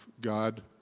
God